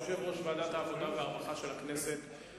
יושב-ראש ועדת העבודה והרווחה של הכנסת,